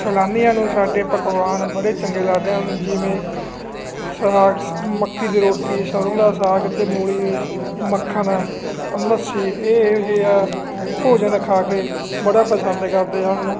ਸੈਲਾਨੀਆਂ ਨੂੰ ਸਾਡੇ ਪਕਵਾਨ ਬੜੇ ਚੰਗੇ ਲੱਗਦੇ ਹਨ ਜਿਵੇਂ ਸਾਗ ਸ ਮੱਕੀ ਦੀ ਰੋਟੀ ਸਰ੍ਹੋਂ ਦਾ ਸਾਗ ਅਤੇ ਮੂਲੀ ਮੱਖਣ ਲੱਸੀ ਸੀ ਇਹ ਇਹੋ ਜਿਹੇ ਆ ਭੋਜਨ ਖਾ ਕੇ ਬੜਾ ਪਸੰਦ ਕਰਦੇ ਹਨ